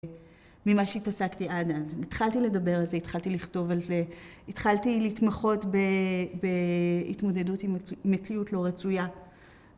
ממה שהתעסקתי עד אז. התחלתי לדבר על זה, התחלתי לכתוב על זה, התחלתי להתמחות בהתמודדות עם מציאות לא רצויה.